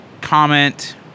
comment